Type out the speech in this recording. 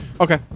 Okay